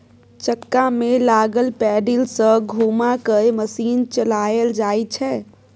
चक्का में लागल पैडिल सँ घुमा कय मशीन चलाएल जाइ छै